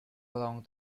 along